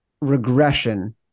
regression